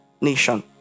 nation